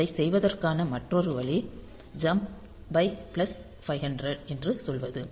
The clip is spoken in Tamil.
அதை செய்வதற்கான மற்றொரு வழி ஜம்ப் பை பிளஸ் 500 என்று சொல்வது